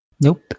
Nope